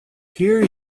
hear